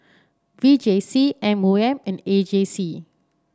V J C M O M and A J C